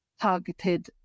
targeted